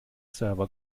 server